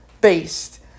based